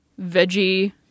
veggie